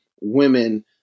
women